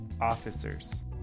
officers